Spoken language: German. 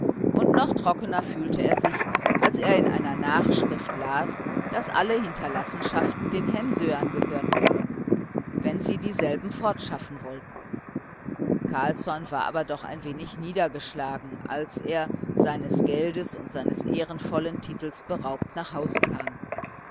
und noch trockener fühlte er sich als er in einer nachschrift las daß alle hinterlassenschaften den hemsöern gehörten wenn sie dieselben fortschaffen wollten carlsson war aber doch ein wenig niedergeschlagen als er seines geldes und seines ehrenvollen titels beraubt nach hause kam